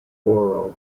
borough